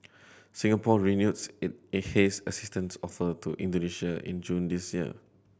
Singapore renews it it haze assistance offer to Indonesia in June this year